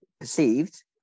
perceived